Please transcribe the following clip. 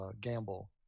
gamble